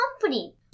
company